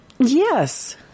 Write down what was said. Yes